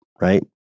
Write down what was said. right